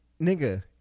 nigga